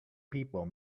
people